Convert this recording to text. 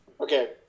Okay